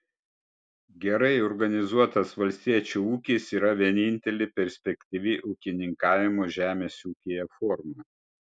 gerai organizuotas valstiečio ūkis yra vienintelė perspektyvi ūkininkavimo žemės ūkyje forma